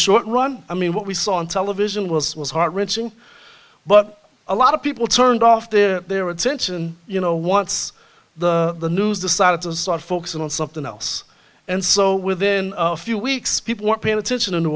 short run i mean what we saw on television was was heart wrenching but a lot of people turned off their attention you know once the news decided to start focusing on something else and so within a few weeks people were paying attention in new